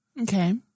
Okay